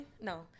No